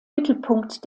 mittelpunkt